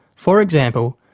for example,